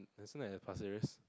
isn't it at Pasir-Ris